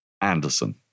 Anderson